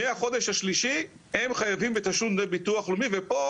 מהחודש השלישי הם חייבים בתשלום דמי ביטוח לאומי ופה